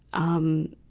um,